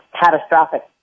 catastrophic